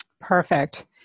Perfect